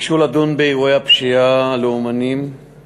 ביקשו לדון באירועי הפשיעה הלאומנית